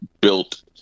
built